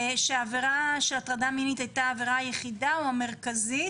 שהעבירה של הטרדה מינית היתה העבירה היחידה או המרכזית.